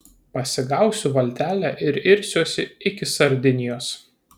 pasigausiu valtelę ir irsiuosi iki sardinijos